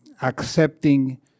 accepting